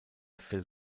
phil